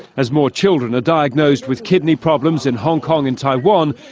as more children are diagnosed with kidney problems in hong kong and taiwan,